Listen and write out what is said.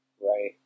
Right